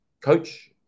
coach